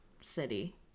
City